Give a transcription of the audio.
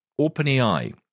OpenAI